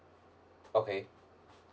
okay